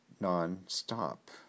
non-stop